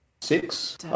six